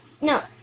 No